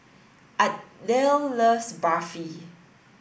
Adel loves Barfi